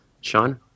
Sean